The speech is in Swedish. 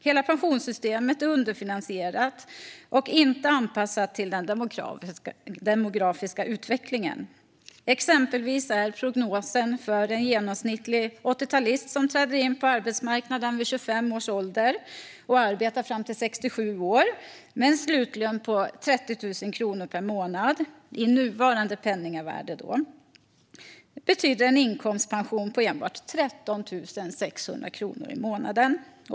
Hela pensionssystemet är underfinansierat och inte anpassat till den demografiska utvecklingen. För en genomsnittlig 80-talist som trädde in på arbetsmarknaden vid 25 års ålder och arbetar fram till 67 år med en slutlön på 30 000 kronor per månad i nuvarande penningvärde är prognosen en inkomstpension på enbart 13 600 kronor i månaden.